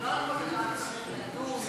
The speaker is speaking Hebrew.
ולא על כל דבר צריך לדון,